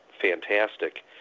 fantastic